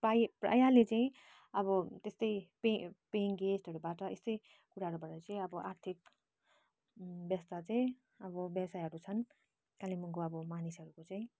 प्राई प्रायले चाहिँ अब त्यस्तै पेइ पेइङ गेस्टहरूबाट यस्तै कुराहरूबाट चाहिँ अब आर्थिक व्यस्त चाहिँ अब व्यवसायहरू छन् कालिम्पोङको अब मानिसहरूको चाहिँ